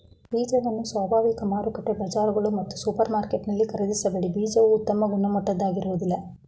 ಬೀಜವನ್ನು ಸ್ವಾಭಾವಿಕ ಮಾರುಕಟ್ಟೆ ಬಜಾರ್ಗಳು ಮತ್ತು ಸೂಪರ್ಮಾರ್ಕೆಟಲ್ಲಿ ಖರೀದಿಸಬೇಡಿ ಬೀಜವು ಉತ್ತಮ ಗುಣಮಟ್ಟದಾಗಿರೋದಿಲ್ಲ